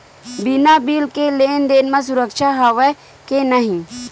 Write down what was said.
बिना बिल के लेन देन म सुरक्षा हवय के नहीं?